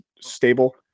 stable